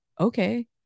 Okay